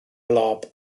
lob